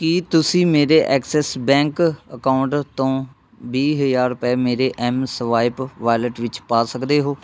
ਕੀ ਤੁਸੀਂ ਮੇਰੇ Axis bank account ਤੋਂ ਵੀਹ ਹਜ਼ਾਰ ਰੁਪਏ ਮੇਰੇ ਐੱਮਸਵਾਇਪ ਵਾਲਿਟ ਵਿੱਚ ਪਾ ਸਕਦੇ ਹੋ